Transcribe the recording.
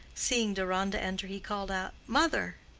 seeing deronda enter, he called out mother!